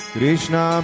Krishna